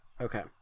Okay